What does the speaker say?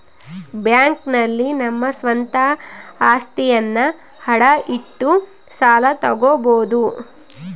bank ನಲ್ಲಿ ನಮ್ಮ ಸ್ವಂತ ಅಸ್ತಿಯನ್ನ ಅಡ ಇಟ್ಟು ಸಾಲ ತಗೋಬೋದು